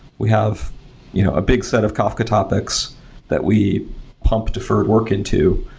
we have you know a big set of kafka topics that we pump deferred work into.